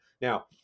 Now